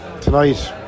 Tonight